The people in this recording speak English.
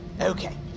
okay